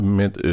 met